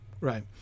Right